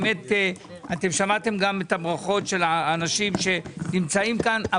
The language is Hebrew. אתם שמעתם גם את הברכות של האנשים שנמצאים כאן.